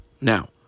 Now